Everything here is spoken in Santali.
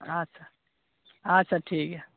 ᱟᱪᱷᱟ ᱟᱪᱷᱟ ᱴᱷᱤᱠ